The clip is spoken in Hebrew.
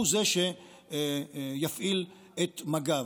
הוא זה שיפעיל את מג"ב.